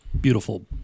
beautiful